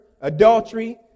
adultery